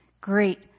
Great